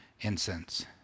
incense